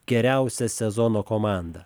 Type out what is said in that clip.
geriausia sezono komanda